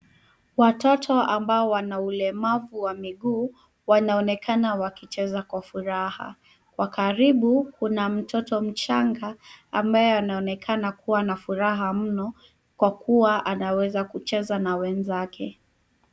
Watoto ambao wana ulemavu wa miguu wanaonekana wakicheza kwa furaha. Kwa karibu, kuna mtoto mchanga ambaye anaonekana kuwa na furaha mno, kwa kuwa anaweza kucheza na wenzake.